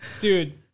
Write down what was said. Dude